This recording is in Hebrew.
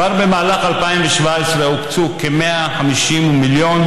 כבר במהלך 2017 הוקצו כ-150 מיליון